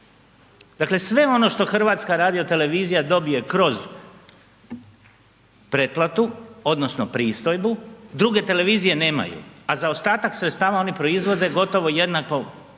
Dakle sve ono što HRT dobije kroz pretplatu odnosno pristojbu druge televizije nemaju, a zaostatak sredstava oni proizvode gotovo jednak